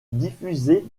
diffusé